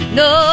no